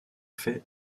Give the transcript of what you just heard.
fait